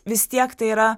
vis tiek tai yra